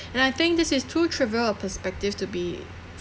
and I think this is too trivial a perspective to be